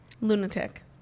Lunatic